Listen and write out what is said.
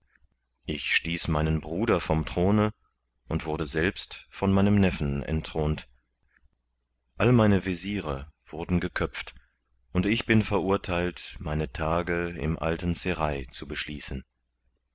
ich stieß meinen bruder vom throne und wurde selbst von meinem neffen entthront all meine wesire wurden geköpft und ich bin verurtheilt meine tage im alten serail zu beschließen